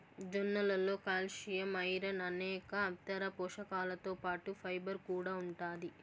జొన్నలలో calcium, iron అనేక ఇతర పోషకాలతో పాటు ఫైబర్ కూడా ఉంటాది